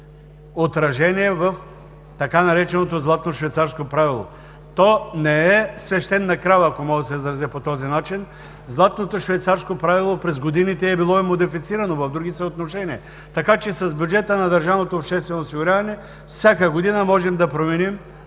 отражение в така нареченото „златно швейцарско правило“. То не е свещена крава, ако мога да се изразя по този начин. Златното швейцарско правило през годините е било модифицирано и в други съотношения, така че с бюджета на държавното обществено осигуряване всяка година можем да променим